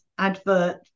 advert